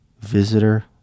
visitor